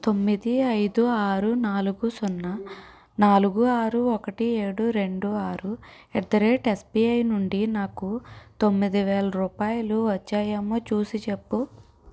తొమ్మిది ఐదు ఆరు నాలుగు సున్నా నాలుగు ఆరు ఒకటి ఏడు రెండు ఆరు ఎట్ ది రేట్ ఎస్బిఐ నుండి నాకు తొమ్మిది వేల రూపాయలు వచ్చాయేమో చూసి చెప్పు